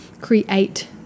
create